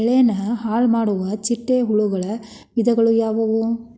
ಬೆಳೆನ ಹಾಳುಮಾಡುವ ಚಿಟ್ಟೆ ಹುಳುಗಳ ವಿಧಗಳು ಯಾವವು?